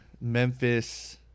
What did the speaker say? Memphis